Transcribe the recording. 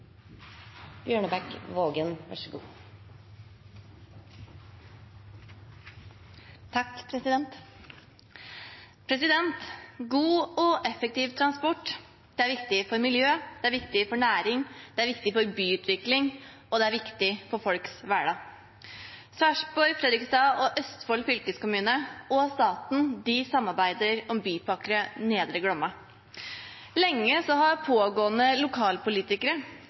viktig for miljøet, det er viktig for næring, det er viktig for byutvikling, og det er viktig for folks hverdag. Sarpsborg, Fredrikstad, Østfold fylkeskommune og staten samarbeider om Bypakke Nedre Glomma. Lenge har pågående lokalpolitikere